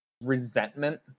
resentment